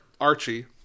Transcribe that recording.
Archie